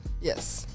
Yes